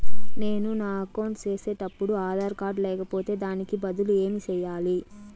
నేను నా అకౌంట్ సేసేటప్పుడు ఆధార్ కార్డు లేకపోతే దానికి బదులు ఏమి సెయ్యాలి?